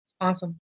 Awesome